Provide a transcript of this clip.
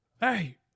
hey